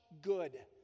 good